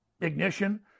ignition